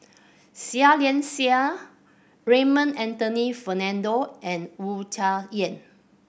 Seah Liang Seah Raymond Anthony Fernando and Wu Tsai Yen